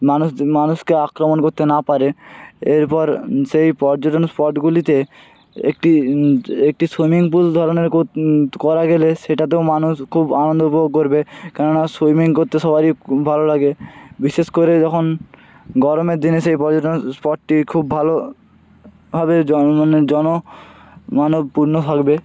মানুষ মানুষকে আক্রমণ করতে না পারে এরপর সেই পর্যটন স্পটগুলিতে একটি একটি সুইমিং পুল ধরনের করা গেলে সেটাতেও মানুষ খুব আনন্দ উপভোগ করবে কেননা সুইমিং করতে সবারই ভালো লাগে বিশেষ করে যখন গরমের দিনে সেই পর্যটন স্পটটি খুব ভালোভাবে জন মানব পূর্ণ থাকবে